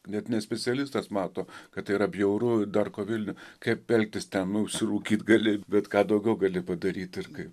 net ne specialistas mato kad tai yra bjauru darko vilnių kaip elgtis ten nu užsirūkyt gali bet ką daugiau gali padaryt ir kaip